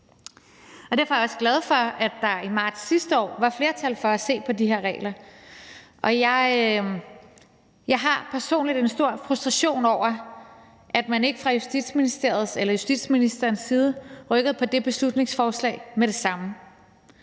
Derfor er jeg også glad for, at der i marts sidste år var flertal for at se på de her regler, og jeg har personligt en stor frustration over, at man ikke fra Justitsministeriets eller justitsministerens side rykkede på det beslutningsforslag med det samme.